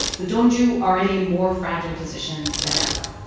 the donju are in a more fragile position than ever